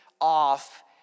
off